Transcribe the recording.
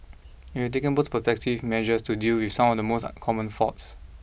and we taken both preventive measures to deal with some of the most common faults